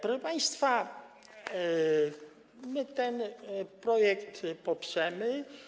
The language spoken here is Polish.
Proszę państwa, my ten projekt poprzemy.